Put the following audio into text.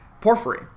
Porphyry